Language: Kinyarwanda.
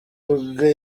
ubwe